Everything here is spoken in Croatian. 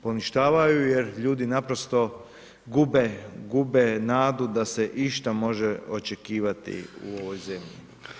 Poništavaju jer ljudi naprosto gube, gube nadu da se išta može očekivati u ovoj zemlju.